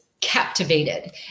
captivated